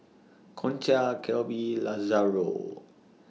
Concha Kelby Lazaro